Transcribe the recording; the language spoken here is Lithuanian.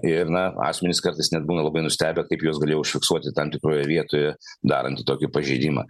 ir na asmenys kartais net būna labai nustebę kaip juos galėjo užfiksuoti tam tikroj vietoje darant tokį pažeidimą